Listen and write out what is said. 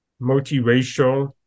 multiracial